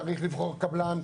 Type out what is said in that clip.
צריך לבחור קבלן,